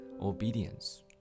obedience